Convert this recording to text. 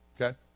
Okay